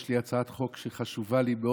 יש לי הצעת חוק שחשובה לי מאוד.